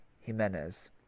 Jimenez